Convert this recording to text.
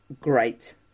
great